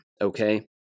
Okay